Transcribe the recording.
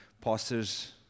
pastors